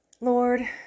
Lord